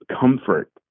comfort